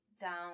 down